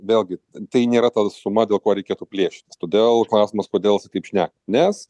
vėlgi tai nėra ta suma dėl ko reikėtų plėšytis todėl klausimas kodėl jisai taip šneka nes